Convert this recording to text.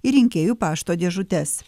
į rinkėjų pašto dėžutes